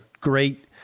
great